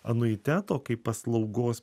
anuiteto kaip paslaugos